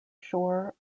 shore